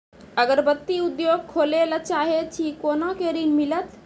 अगरबत्ती उद्योग खोले ला चाहे छी कोना के ऋण मिलत?